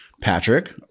Patrick